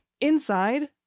Inside